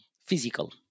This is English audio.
physical